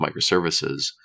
microservices